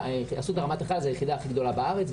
אסותא רמת החייל היא היחידה הכי גדולה בארץ,